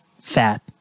fat